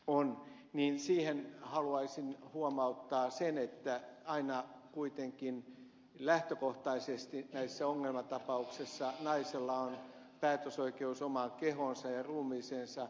on niin käytiin haluaisin huomauttaa sen että aina kuitenkin lähtökohtaisesti näissä ongelmatapauksissa naisella on päätösoikeus omaan kehoonsa ja ruumiiseensa